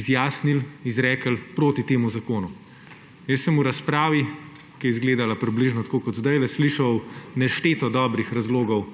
izjasnili, izrekli proti temu zakonu. V razpravi, ki je zgledala približno tako kot zdaj, sem slišal nešteto dobrih razlogov,